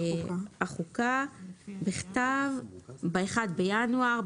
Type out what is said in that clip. "לוועדת החוקה בכתב ב-1 בינואר,